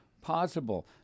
possible